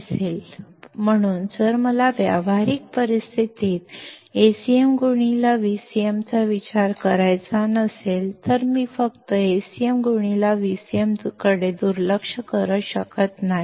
ಆದ್ದರಿಂದ ನಾನು ಪ್ರಾಯೋಗಿಕ ಪರಿಸ್ಥಿತಿಯಲ್ಲಿ AcmVcm ಅನ್ನು ಪರಿಗಣಿಸಲು ಬಯಸದಿದ್ದರೆ ನಾನು AcmVcm ಅನ್ನು ನಿರ್ಲಕ್ಷಿಸಲು ಸಾಧ್ಯವಿಲ್ಲ